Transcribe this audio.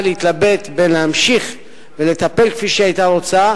להתלבט בין להמשיך ולטפל כפי שהיא היתה רוצה,